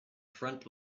front